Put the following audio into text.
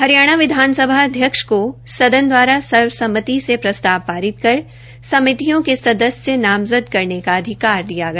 हरियाणा विधानसभा अध्यक्ष को सदन द्वारा सर्वसम्मति से प्रस्ताव पारित कर समितियों के सदस्य नामज़द करने का अधिकार दिया गया